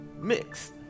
mixed